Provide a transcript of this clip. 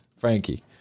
Frankie